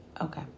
Okay